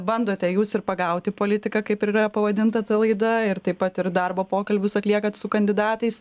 bandote jūs ir pagauti politiką kaip ir yra pavadinta ta laida ir taip pat ir darbo pokalbius atliekat su kandidatais